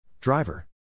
Driver